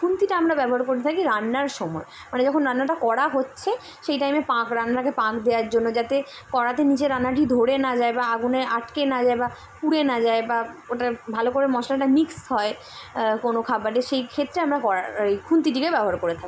খুন্তিটা আমরা ব্যবহার করে থাকি রান্নার সময় মানে যখন রান্নাটা করা হচ্ছে সেই টাইমে পাক রান্নাকে পাক দেওয়ার জন্য যাতে করাড়াতে নিজে রান্না টি ধরে না যায় বা আগুনে আটকে না যায় বা পুড়ে না যায় বা ওটা ভালো করে মশলাটা মিক্স হয় কোনো খাবারে সেই ক্ষেত্রে আমরা করা এই খুন্তিটিকে ব্যবহার করে থাকি